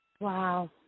Wow